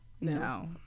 No